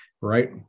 right